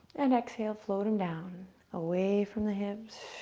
and exhale float them down away from the hips.